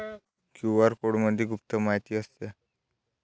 QR कोडमध्ये गुप्त माहिती असते